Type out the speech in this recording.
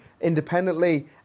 independently